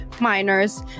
miners